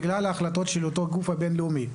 בגלל ההחלטות של אותו גוף בין-לאומי.